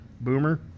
Boomer